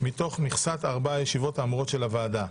מתוך מכסת 4 הישיבות האמורות של הוועדה.